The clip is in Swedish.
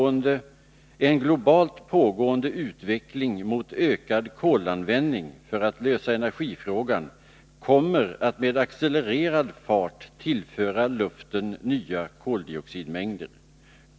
En globalt pågående utveckling mot ökad kolanvändning för att lösa energifrågan kommer att med accelererad fart tillföra luften nya koldioxidmängder.